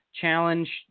challenge